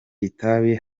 itabi